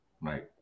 Right